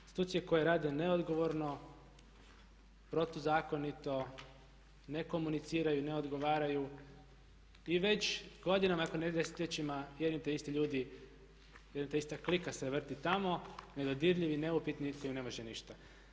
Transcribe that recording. Institucije koje rade neodgovorno, protuzakonito, ne komuniciraju, ne odgovaraju i već godinama ako ne i desetljećima jedni te isti ljudi, jedna te ista klika se vrti tamo, nedodirljivi neupitni, nitko im ne može ništa.